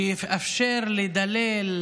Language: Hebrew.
שיאפשר לדלל,